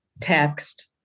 text